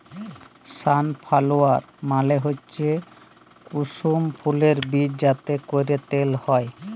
sunflower মালে হচ্যে কুসুম ফুলের বীজ যাতে ক্যরে তেল হ্যয়